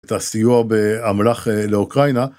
את הסיוע באמ"לח לאוקראינה.